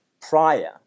prior